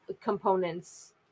components